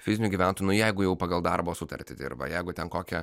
fizinių gyventojų nu jeigu jau pagal darbo sutartį dirba jeigu ten kokia